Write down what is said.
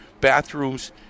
bathrooms